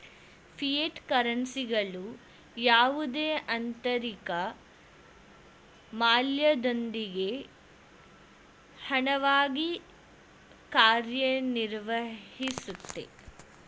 fiat ಕರೆನ್ಸಿಗಳು ಯಾವುದೇ ಆಂತರಿಕ ಮೌಲ್ಯದೊಂದಿಗೆ ಹಣವಾಗಿ ಕಾರ್ಯನಿರ್ವಹಿಸುತ್ತೆ